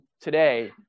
today